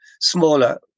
smaller